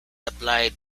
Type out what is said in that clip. applied